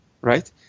right